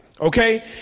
Okay